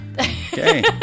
okay